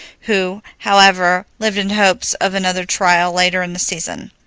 who, however, lived in hopes of another trial later in the season.